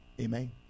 Amen